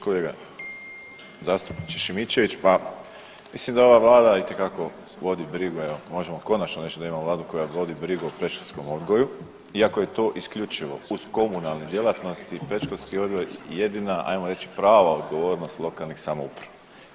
Kolega zastupniče Šimičević, mislim da ova vlada itekako vodi brigu, možemo konačno reći da imamo vladu koja vodi brigu o predškolskom odgoju iako je to isključivo uz komunalne djelatnosti, predškolski odgoj jedina ajmo reći prava odgovornost lokalnih samouprava.